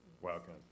Welcome